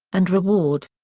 and reward.